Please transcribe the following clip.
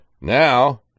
Now